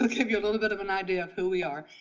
ah give you a little bit of an idea of who we are.